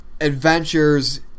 adventures